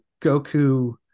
Goku